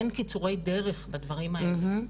אין קיצורי דרך בדברים האלה.